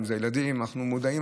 אם זה הילדים, אנחנו מודעים.